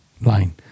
line